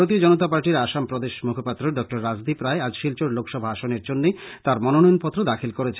ভারতীয় জনতা পার্টির অসম প্রদেশ মুখপাত্র ডঃ রাজদীপ রায় আজ শিলচর লোকসভা আসনের জন্য তাঁর মনোনয়ন পত্র দাখিল করেছেন